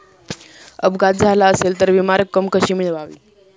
अपघात झाला असेल तर विमा रक्कम कशी मिळवावी?